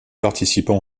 participants